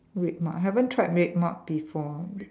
RedMart haven't tried RedMart before